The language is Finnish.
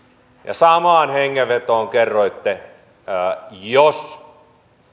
samaan hengenvetoon kerroitte että